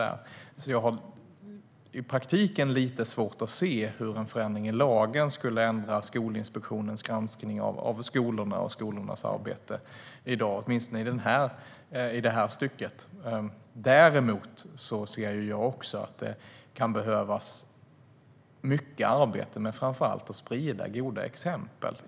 Jag har därför i praktiken lite svårt att se hur en förändring i lagen skulle ändra Skolinspektionens granskning av skolorna och skolornas arbete i dag, åtminstone i det här stycket. Däremot ser även jag att det kan behövas mycket arbete framför allt med att sprida goda exempel.